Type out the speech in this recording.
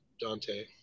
Dante